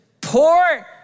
Poor